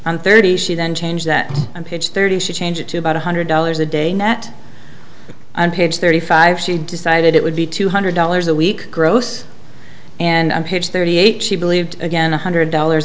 on thirty she then change that page thirty she change it to about one hundred dollars a day net on page thirty five she decided it would be two hundred dollars a week gross and page thirty eight she believed again one hundred dollars